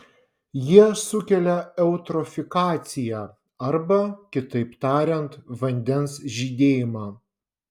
jie sukelia eutrofikaciją arba kitaip tariant vandens žydėjimą